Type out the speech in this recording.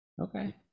Okay